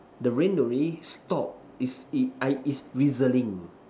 the rain already stop is is I is drizzling